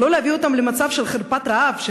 ולא להביא אותם למצב של חרפת רעב,